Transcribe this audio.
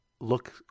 look